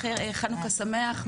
חנוכה שמח,